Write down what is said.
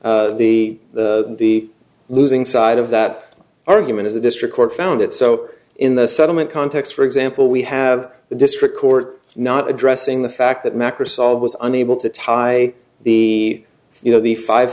on the the losing side of that argument as the district court found it so in the settlement context for example we have the district court not addressing the fact that macrocell was unable to tie the you know the five